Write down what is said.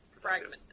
Fragment